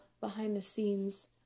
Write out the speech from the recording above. behind-the-scenes